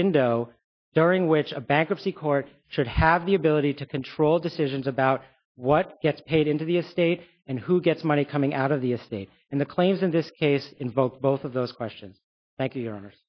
window during which a bankruptcy court should have the ability to control decisions about what gets paid into the estate and who gets money coming out of the estate and the claims in this case in both both of those questions